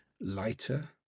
lighter